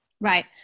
Right